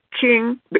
king